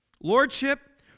Lordship